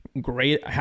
great